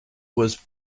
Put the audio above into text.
was